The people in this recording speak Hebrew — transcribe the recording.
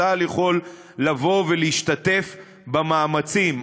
צה"ל יכול לבוא ולהשתתף במאמצים,